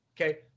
okay